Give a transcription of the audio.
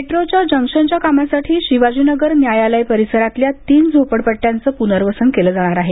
metro जंक्शनच्या कामासाठी शिवाजीनगर न्यायालय परिसरातल्या तीन झोपडपट्टयांचं पुनर्वसन केलं जाणार आहे